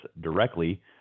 directly